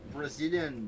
Brazilian